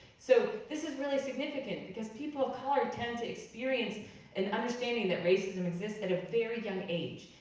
so this is really significant because people of color tend to experience an understanding that racism exists at a very young age.